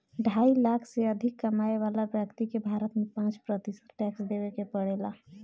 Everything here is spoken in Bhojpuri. ढाई लाख से अधिक कमाए वाला व्यक्ति के भारत में पाँच प्रतिशत टैक्स देवे के पड़ेला